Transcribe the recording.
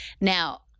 Now